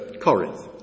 Corinth